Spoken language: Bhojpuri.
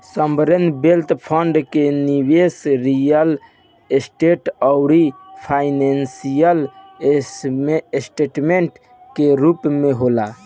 सॉवरेन वेल्थ फंड के निबेस रियल स्टेट आउरी फाइनेंशियल ऐसेट के रूप में होला